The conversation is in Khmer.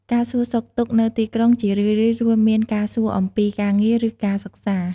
ការសួរសុខទុក្ខនៅទីក្រុង ជារឿយៗ រួមមានការសួរអំពីការងារ ឬការសិក្សា។